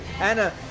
Anna